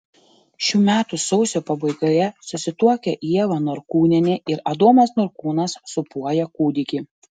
šių metų sausio pabaigoje susituokę ieva norkūnienė ir adomas norkūnas sūpuoja kūdikį